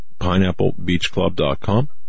pineapplebeachclub.com